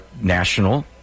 National